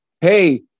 hey-